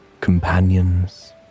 companions